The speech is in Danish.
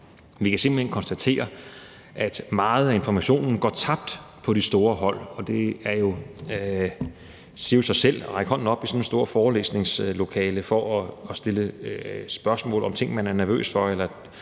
Vi kan simpelt hen konstatere, at meget af informationen går tabt på de store hold. Det siger jo sig selv, at det ikke er alle, der får rakt hånden op i sådan et stort forelæsningslokale for at stille spørgsmål om ting, man er nervøs for, eller